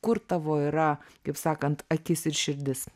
kur tavo yra kaip sakant akis ir širdis